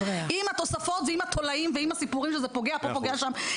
עם התוספות ועם התולעים ועם הסיפורים שזה פוגע פה פוגע שם,